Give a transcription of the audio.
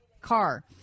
car